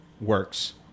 works